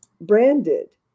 branded